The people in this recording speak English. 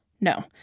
No